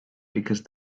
because